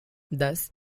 thus